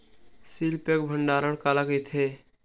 Seal pack भंडारण काला कइथे?